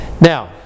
Now